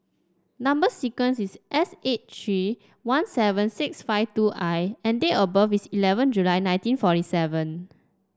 number sequence is S eight three one seven six five two I and date of birth is eleven July nineteen forty seven